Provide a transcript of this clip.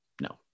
no